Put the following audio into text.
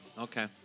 okay